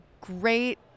great